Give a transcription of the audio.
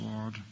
Lord